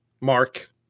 Mark